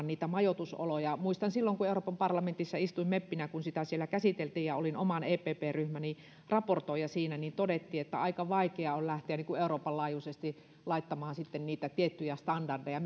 niitä majoitusoloja muistan kun euroopan parlamentissa istuin meppinä kun sitä siellä käsiteltiin ja olin oman epp ryhmäni raportoija siinä niin silloin todettiin että aika vaikea on lähteä euroopan laajuisesti laittamaan tiettyjä standardeja